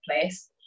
place